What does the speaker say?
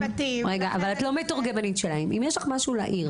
אם יש לך משהו להעיר